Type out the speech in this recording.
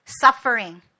Suffering